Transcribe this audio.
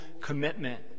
commitment